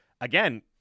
again